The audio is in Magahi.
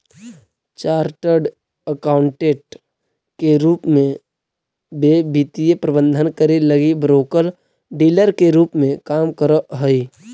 चार्टर्ड अकाउंटेंट के रूप में वे वित्तीय प्रबंधन करे लगी ब्रोकर डीलर के रूप में काम करऽ हई